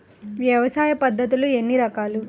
వ్యవసాయ పద్ధతులు ఎన్ని రకాలు?